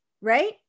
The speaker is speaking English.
right